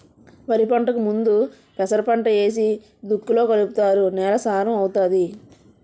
వరిపంటకు ముందు పెసరపంట ఏసి దుక్కిలో కలుపుతారు నేల సారం అవుతాది